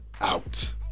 out